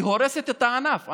היא הורסת את הענף.